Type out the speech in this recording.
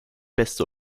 beste